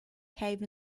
cave